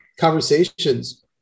conversations